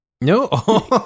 No